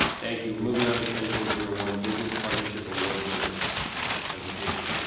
thank you, we're moving on to ten point zero one, business partnership award winners, there's a presentation.